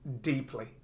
deeply